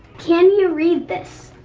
can you read this?